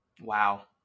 Wow